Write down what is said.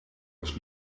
was